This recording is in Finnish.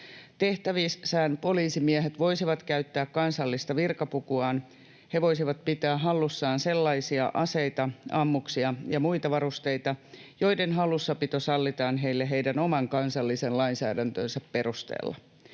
Tehtävissään poliisimiehet voisivat käyttää kansallista virkapukuaan ja he voisivat pitää hallussaan sellaisia aseita, ammuksia ja muita varusteita, joiden hallussapito sallitaan heille heidän oman kansallisen lainsäädäntönsä perusteella.